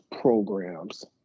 programs